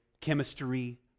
chemistry